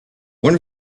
one